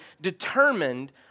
determined